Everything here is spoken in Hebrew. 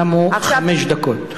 תמו חמש דקות.